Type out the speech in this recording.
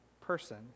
person